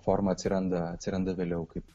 forma atsiranda atsiranda vėliau kaip